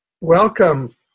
Welcome